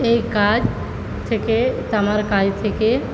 এই কাজ থেকে তামার কাজ থেকে